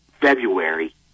February